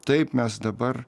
taip mes dabar